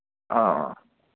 ꯑꯥ ꯑꯥ ꯑꯥ